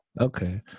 Okay